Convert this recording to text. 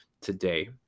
today